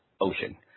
ocean